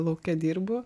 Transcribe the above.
lauke dirbu